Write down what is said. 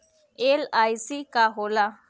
LIC का होला?